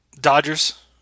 Dodgers